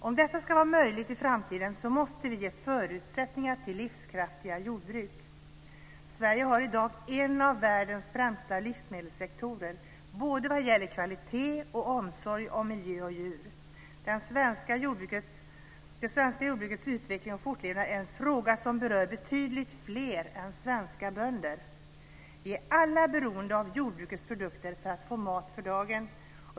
Om detta ska vara möjligt i framtiden måste vi ge förutsättningar till livskraftiga jordbruk. Sverige har i dag en av världens främsta livsmedelssektorer, både vad gäller kvalitet och omsorg om miljö och djur. Det svenska jordbrukets utveckling och fortlevnad är en fråga som berör betydligt fler än svenska bönder. Vi är alla beroende av jordbrukets produkter för att få mat för dagen.